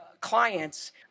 clients